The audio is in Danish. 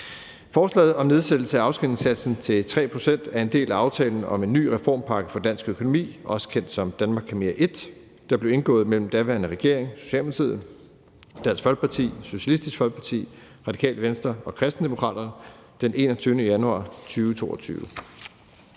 Forslaget om nedsættelse af afskrivningssatsen til 3 pct. er en del af aftalen om en ny reformpakke for dansk økonomi, også kendt som »Danmark kan mere l«, der blev indgået mellem den daværende socialdemokratiske regering, Dansk Folkeparti, Socialistisk Folkeparti, Radikale Venstre og Kristendemokraterne den 21. januar 2022.